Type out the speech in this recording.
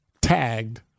tagged